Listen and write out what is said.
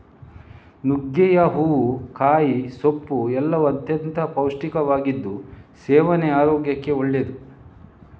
ನುಗ್ಗೆಯ ಹೂವು, ಕಾಯಿ, ಸೊಪ್ಪು ಎಲ್ಲವೂ ಅತ್ಯಂತ ಪೌಷ್ಟಿಕವಾಗಿದ್ದು ಸೇವನೆ ಆರೋಗ್ಯಕ್ಕೆ ಒಳ್ಳೆದ್ದು